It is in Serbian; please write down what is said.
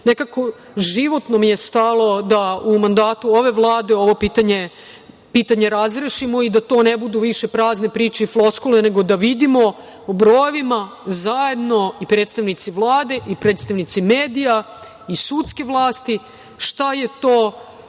nekako životno mi je stalo da u mandatu ove Vlade ovo pitanje razrešimo i da to ne budu više prazne priče i floskule, nego da vidimo u brojevima, zajedno, i predstavnici Vlade i predstavnici medija i sudske vlasti, šta je to